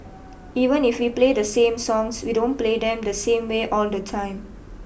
even if we play the same songs we don't play them the same way all the time